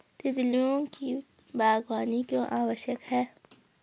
तितलियों की बागवानी क्यों आवश्यक है?